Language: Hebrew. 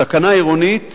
תקנה עירונית